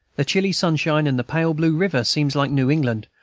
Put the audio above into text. the chilly sunshine and the pale blue river seems like new england,